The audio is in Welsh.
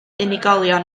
unigolion